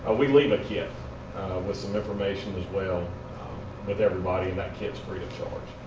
ah we leave a kit with some information as well with everybody, and that kit's free of charge.